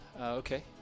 Okay